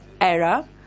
era